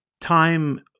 time